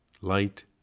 light